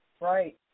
right